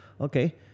Okay